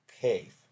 Cave